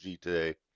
today